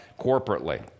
corporately